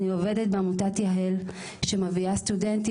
אני עובדת בעמותת יע"ל שמביאה סטודנטים